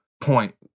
point